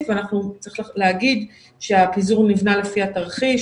וצריך להגיד שהפיזור נבנה לפי התרחיש,